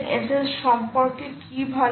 OpenSSL সম্পর্কে কি ভাল